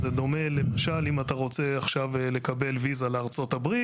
זה דומה למשל אם אתה רוצה לקבל ויזה לארצות הברית,